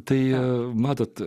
tai matote